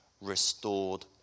Restored